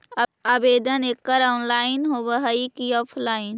आवेदन एकड़ ऑनलाइन होव हइ की ऑफलाइन?